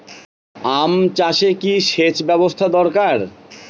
আম চাষে কি সেচ ব্যবস্থা দরকার?